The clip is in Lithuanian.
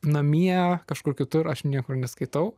namie kažkur kitur aš niekur neskaitau